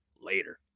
later